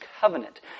covenant